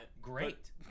great